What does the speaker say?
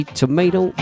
tomato